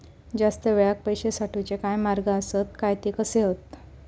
जास्त वेळाक पैशे साठवूचे काय मार्ग आसत काय ते कसे हत?